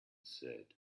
said